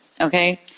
Okay